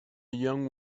young